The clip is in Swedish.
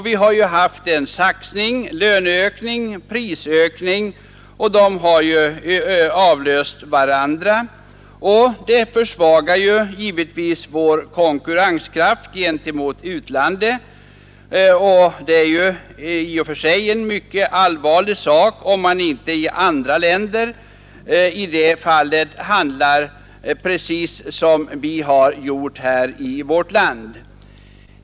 Vi har haft en saxning: löneökningar och prisökningar har avlöst varandra. Detta försvagar givetvis vår konkurrenskraft gentemot utlandet — i och för sig en mycket allvarlig sak — om man inte i andra länder i det fallet handlar precis som vi har gjort.